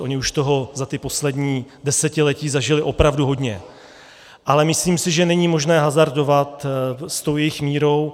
Oni už toho za ta poslední desetiletí zažili opravdu hodně, ale myslím si, že není možné hazardovat s tou jejich mírou.